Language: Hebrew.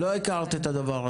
לא הכרת את הדבר הזה.